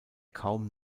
kaum